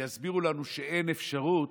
ויסבירו לנו שאין אפשרות,